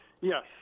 Yes